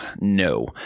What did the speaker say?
No